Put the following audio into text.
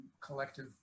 collective